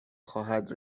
خواهد